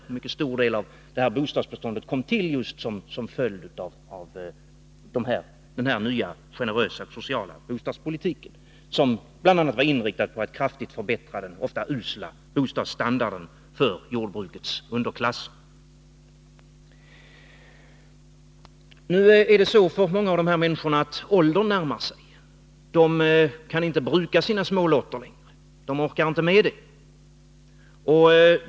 En mycket stor del av detta bostadsbestånd kom till just som en följd av den nya, generösa sociala bostadspolitik som bl.a. var inriktad på att kraftigt förbättra den ofta usla bostadsstandarden för jordbrukets underklass. För många av dessa människor närmar sig ålderdomen. De kan inte längre bruka sina smålotter — de orkar inte med det.